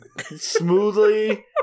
smoothly